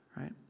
right